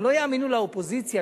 גם לא יאמינו לאופוזיציה,